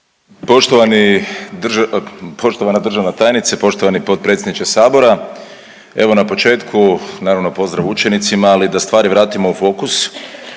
Poštovana državna tajnice, poštovani potpredsjedniče Sabora. Evo na početku naravno pozdrav učenicima, ali da stvari vratimo u fokus.